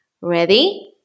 Ready